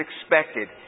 expected